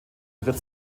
ihre